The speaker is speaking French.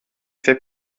fait